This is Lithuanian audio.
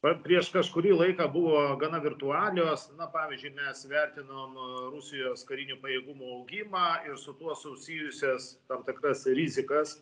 vat prieš kažkurį laiką buvo gana virtualios na pavyzdžiui mes vertinom rusijos karinių pajėgumų augimą ir su tuo susijusias tam tikras rizikas